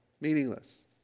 meaningless